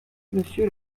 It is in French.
monsieur